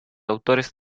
autores